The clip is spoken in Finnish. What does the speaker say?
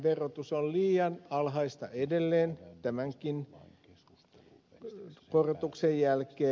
alkoholiverotus on liian alhaista edelleen tämänkin korotuksen jälkeen